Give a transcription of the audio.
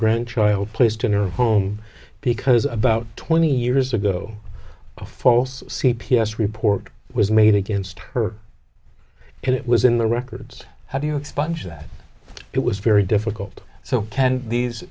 grandchild placed in her home because about twenty years ago a false c p s report was made against her it was in the records how do you expunge that it was very difficult so can these